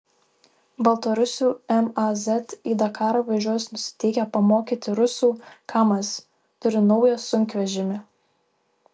baltarusių maz į dakarą važiuos nusiteikę pamokyti rusų kamaz turi naują sunkvežimį